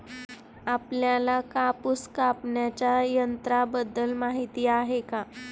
आपल्याला कापूस कापण्याच्या यंत्राबद्दल माहीती आहे का?